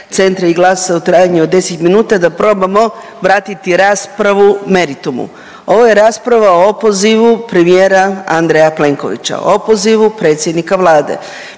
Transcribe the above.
Centra i GLAS-a u trajanju od 10 minuta da probamo vratiti raspravu meritumu. Ovo je rasprava o opozivu premijera Andreja Plenkovića, o opozivu predsjednika Vlade.